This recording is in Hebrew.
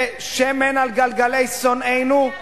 זה שמן על גלגלי שונאינו,